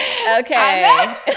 Okay